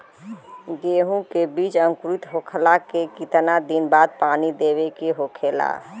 गेहूँ के बिज अंकुरित होखेला के कितना दिन बाद पानी देवे के होखेला?